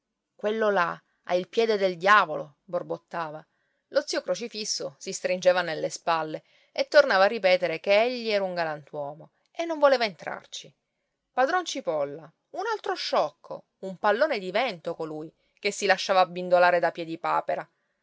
quello là ha il piede del diavolo borbottava lo zio crocifisso si stringeva nelle spalle e tornava a ripetere che egli era un galantuomo e non voleva entrarci padron cipolla un altro sciocco un pallone di vento colui che si lasciava abbindolare da